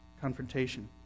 confrontation